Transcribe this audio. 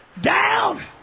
Down